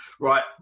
Right